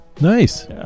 Nice